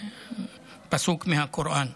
פסוק מהקוראן.